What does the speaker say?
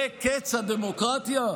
זה קץ הדמוקרטיה?